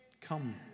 come